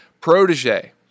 protege